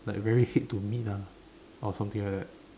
like very hate to meet lah or something like that